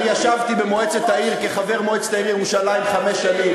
אני ישבתי במועצת העיר כחבר מועצת העיר ירושלים חמש שנים,